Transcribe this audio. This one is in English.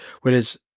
whereas